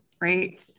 right